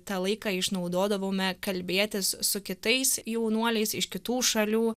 tą laiką išnaudodavome kalbėtis su kitais jaunuoliais iš kitų šalių